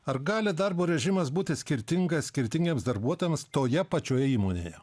ar gali darbo režimas būti skirtingas skirtingiems darbuotojams toje pačioje įmonėje